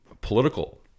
political